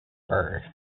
birth